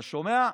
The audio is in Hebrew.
אתה שומע,